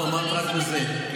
ברור שמורים זה חשוב.